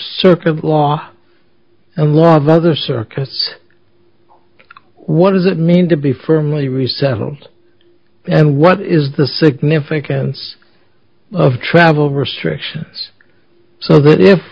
circuit law and one of other circuits what does it mean to be firmly resettled and what is the significance of travel restrictions so that if